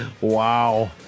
Wow